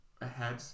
ahead